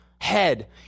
head